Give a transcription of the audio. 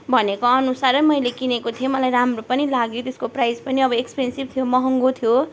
भनेको अनुसारै मैले किनेको थिएँ मलाई राम्रो पनि लाग्यो त्यसको प्राइस पनि अब एक्सपेन्सिभ थियो महँगो थियो